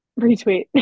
retweet